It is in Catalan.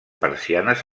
persianes